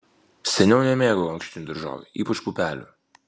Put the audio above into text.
seniau nemėgau ankštinių daržovių ypač pupelių